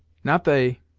not they.